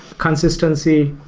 consistency,